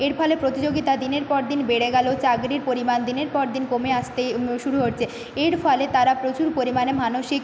এর ফলে প্রতিযোগিতা দিনের পর দিন বেড়ে গেলো চাকরির পরিমাণ দিনের পর দিন কমে আসতে শুরু করছে এর ফলে তারা প্রচুর পরিমাণে মানসিক